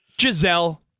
Giselle